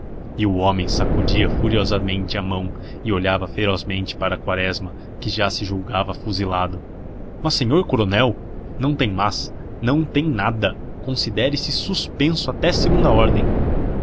e o homem sacudia furiosamente a mão e olhava ferozmente para quaresma que já se julgava fuzilado mas senhor coronel não tem mas não tem nada considere se suspenso até segunda ordem